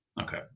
Okay